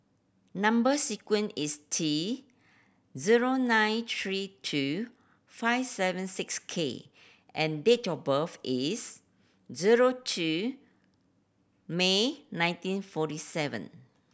number sequence is T zero nine three two five seven six K and date of birth is zero two May nineteen forty seven